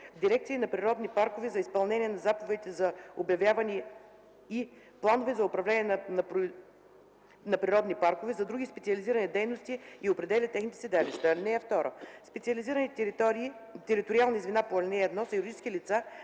дирекции на природни паркове за изпълнение на заповедите за обявяване и плановете за управление на природните паркове; за други специализирани дейности и определя техните седалища. (2) Специализираните териториални звена по ал. 1 са юридически лица